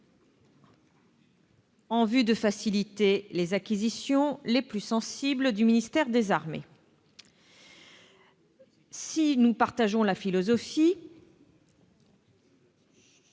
en vue de faciliter les acquisitions les plus sensibles du ministère des armées. Si nous partageons la philosophie